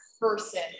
person